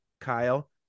Kyle